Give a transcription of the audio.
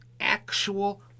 actual